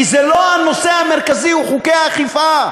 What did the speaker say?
כי הנושא המרכזי הוא לא חוקי האכיפה.